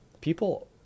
people